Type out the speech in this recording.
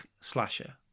slasher